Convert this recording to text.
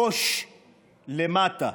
ראש למטה.